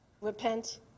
Repent